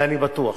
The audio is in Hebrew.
ואני בטוח